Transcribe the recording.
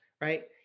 right